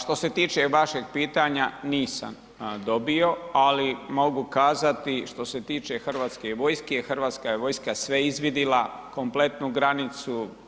Što se tiče vašeg pitanja nisam dobio, ali mogu kazati što se tiče Hrvatske vojske, Hrvatska vojska je sve izvidila kompletnu granicu.